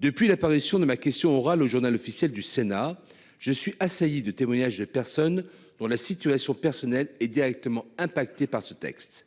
Depuis l'apparition de ma question orale au Journal officiel du Sénat. Je suis assailli de témoignages de personnes dont la situation personnelle est directement impacté par ce texte.